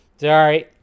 Sorry